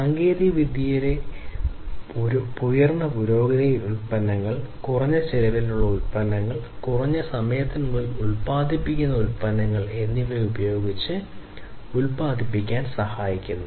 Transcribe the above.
സാങ്കേതികവിദ്യയിലെ പുരോഗതി ഉയർന്ന നിലവാരമുള്ള ഉൽപന്നങ്ങൾ കുറഞ്ഞ ചിലവിൽ ഉൽപന്നങ്ങൾ കുറഞ്ഞ സമയത്തിനുള്ളിൽ ഉത്പാദിപ്പിക്കപ്പെടുന്ന ഉത്പന്നങ്ങൾ എന്നിവ ഉപയോഗിച്ച് ഉത്പാദിപ്പിക്കാൻ സഹായിക്കുന്നു